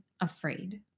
afraid